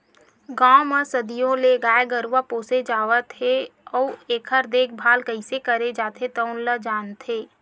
गाँव म सदियों ले गाय गरूवा पोसे जावत हे अउ एखर देखभाल कइसे करे जाथे तउन ल जानथे